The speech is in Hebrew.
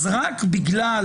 אז רק בגלל